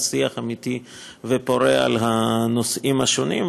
לשיח אמיתי ופורה בנושאים השונים.